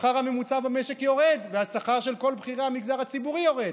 השכר הממוצע במשק יורד והשכר של כל בכירי המגזר הציבורי יורד,